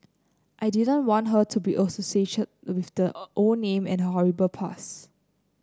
I didn't want her to be associated with the old name and her horrible past